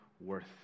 worth